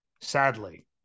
Sadly